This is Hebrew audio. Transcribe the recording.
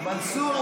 מנסור,